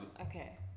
Okay